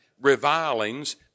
revilings